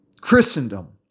Christendom